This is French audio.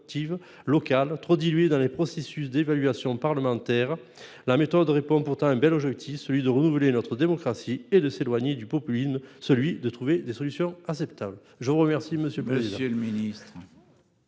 Local trop dilué dans les processus d'évaluation parlementaire la méthode répond pourtant un bel objectif celui de renouveler notre démocratie et de s'éloigner du populisme, celui de trouver des solutions acceptables. Je remercie Monsieur, Monsieur